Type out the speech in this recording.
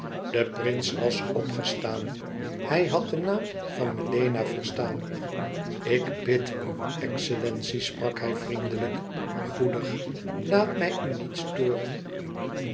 de prins was opgestaan hij had den naam van melena verstaan ik bid u excellentie sprak hij vriendelijk goedig laat mij u niet storen